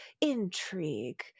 intrigue